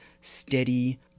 steady